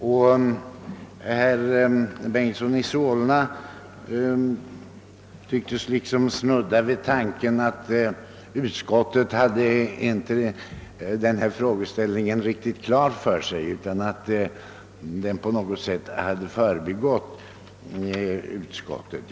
Herr Bengtson i Solna tvcktes snudda vid tanken att utskottet inte hade haft denna frågeställning riktigt klar för sig utan att denna på något sätt hade förbigåtts av utskottet.